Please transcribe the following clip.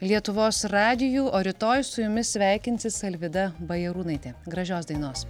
lietuvos radiju o rytoj su jumis sveikinsis alvyda bajarūnaitė gražios dainos